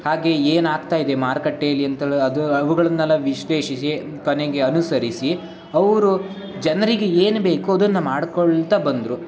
ಹಾಗೇ ಏನಾಗ್ತಾ ಇದೆ ಮಾರ್ಕಟ್ಟೇಲಿ ಅಂತೇಳಿ ಅದು ಅವುಗಳ್ನೆಲ್ಲ ವಿಶ್ಲೇಷಿಸಿ ಕೊನೆಗೆ ಅನುಸರಿಸಿ ಅವರು ಜನ್ರಿಗೆ ಏನು ಬೇಕು ಅದನ್ನು ಮಾಡ್ಕೊಳ್ತಾ ಬಂದರು